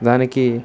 దానికి